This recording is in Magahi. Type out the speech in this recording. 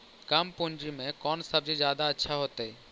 कम पूंजी में कौन सब्ज़ी जादा अच्छा होतई?